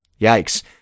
Yikes